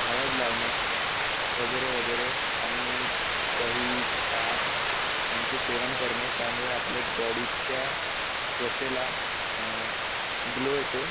हळद लावणे वगैरे वगैरे आणि दही ताक यांचे सेवन करणे त्यामुळे आपल्या बॉडीच्या त्वचेला ग्लो येतो